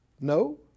No